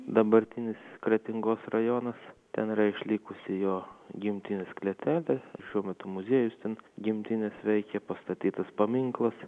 dabartinis kretingos rajonas ten yra išlikusi jo gimtinės klėtelė šiuo metu muziejus ten gimtinės veikia pastatytas paminklus